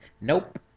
nope